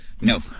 No